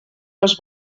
les